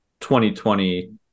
2020